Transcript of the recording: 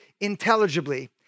intelligibly